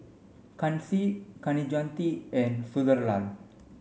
Kanshi Kaneganti and Sunderlal